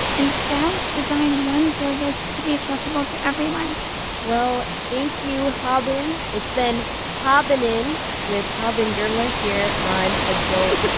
instead, design one service to be accessible to everyone well, thank you, haben. it's been habening with haben girma here on adult